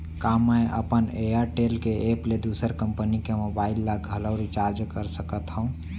का मैं अपन एयरटेल के एप ले दूसर कंपनी के मोबाइल ला घलव रिचार्ज कर सकत हव?